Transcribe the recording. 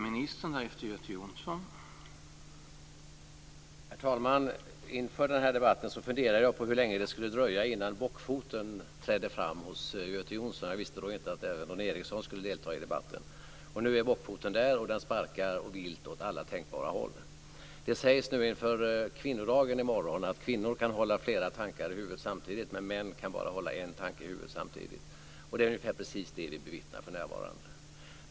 Herr talman! Inför denna debatt funderade jag på hur länge det skulle dröja innan bockfoten trädde fram hos Göte Jonsson - jag visste då inte att även Dan Ericsson skulle delta i debatten. Och nu är bockfoten där, och den sparkar vilt åt alla tänkbara håll. Det sägs inför kvinnodagen i morgon att kvinnor kan hålla flera tankar i huvudet samtidigt medan män bara kan hålla en tanke i huvudet. Det är precis det som vi bevittnar för närvarande.